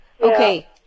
Okay